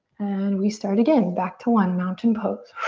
and we start again. back to one, mountain pose.